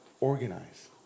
organize